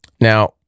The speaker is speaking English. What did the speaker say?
now